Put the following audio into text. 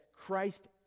Christ